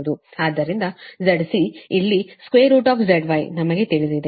ಆದ್ದರಿಂದ ZC ಇಲ್ಲಿ ZY ನಮಗೆ ತಿಳಿದಿದೆ